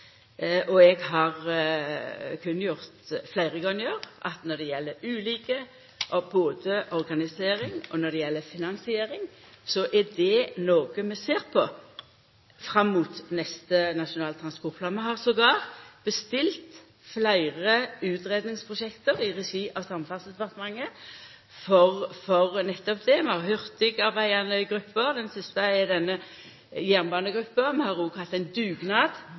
Eg har kunngjort fleire gonger at når det gjeld ulik både organisering og finansiering, er det noko vi ser på fram mot neste nasjonale transportplan. Vi har endåtil bestilt fleire utgreiingsprosjekt i regi av Samferdselsdepartementet for nettopp å sjå på det. Vi har hurtigarbeidande grupper – den siste er denne jernbanegruppa. Vi har òg hatt ein dugnad